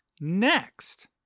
next